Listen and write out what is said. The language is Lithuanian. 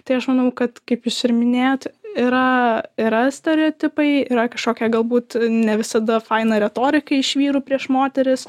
tai aš manau kad kaip jūs ir minėjot yra yra stereotipai yra kažkokia galbūt ne visada faina retorika iš vyrų prieš moteris